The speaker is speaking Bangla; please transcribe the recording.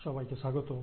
সবাইকে স্বাগতম